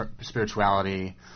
spirituality